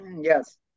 Yes